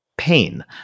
Pain